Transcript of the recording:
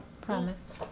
promise